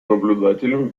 наблюдателем